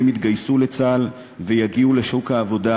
יתגייסו לצה"ל ויגיעו לשוק העבודה,